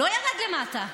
לא ירד למטה,